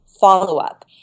follow-up